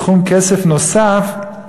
סכום כסף נוסף,